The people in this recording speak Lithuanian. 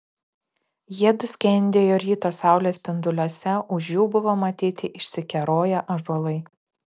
jiedu skendėjo ryto saulės spinduliuose už jų buvo matyti išsikeroję ąžuolai